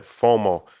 FOMO